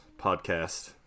podcast